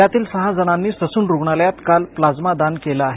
त्यातील सहा जणांनी ससून रुग्णालयात काल प्लाझ्मा दान केलम आहे